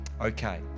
Okay